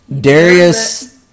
Darius